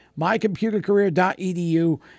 MyComputerCareer.edu